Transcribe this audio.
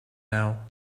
now